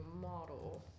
model